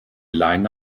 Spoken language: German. leine